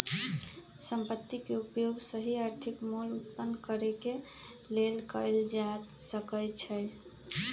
संपत्ति के उपयोग सही आर्थिक मोल उत्पन्न करेके लेल कएल जा सकइ छइ